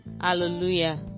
Hallelujah